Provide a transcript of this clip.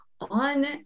On